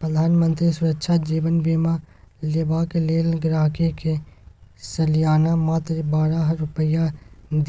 प्रधानमंत्री सुरक्षा जीबन बीमा लेबाक लेल गांहिकी के सलियाना मात्र बारह रुपा